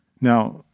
Now